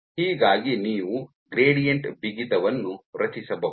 ಹೀಗಾಗಿ ನೀವು ಗ್ರೇಡಿಯಂಟ್ ಬಿಗಿತವನ್ನು ರಚಿಸಬಹುದು